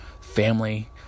family